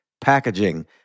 packaging